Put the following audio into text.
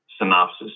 synopsis